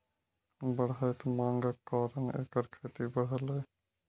बढ़ैत मांगक कारण एकर खेती बढ़लैए